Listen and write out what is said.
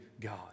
God